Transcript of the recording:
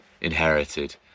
inherited